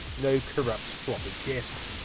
no corrupt floppy disks.